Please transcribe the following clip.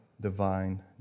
divine